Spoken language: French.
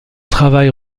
travail